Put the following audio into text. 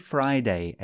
Friday